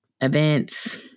events